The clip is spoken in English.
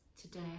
today